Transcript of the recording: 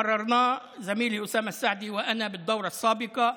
והוא המשך של החוק שהעברנו חברי אוסאמה סעדי ואני בקדנציה הקודמת,